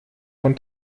von